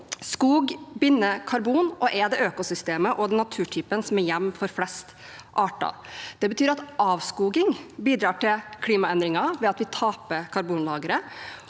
Skog binder karbon og er det økosystemet og den naturtypen som er hjem for flest arter. Det betyr at avskoging bidrar til klimaendringer ved at vi taper karbonlagre,